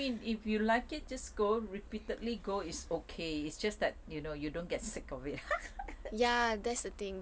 I mean if you like it just go repeatedly go is okay it's just that you know you don't get sick of it